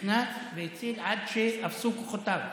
נכנס והציל, עד שאפסו כוחותיו.